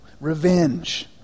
revenge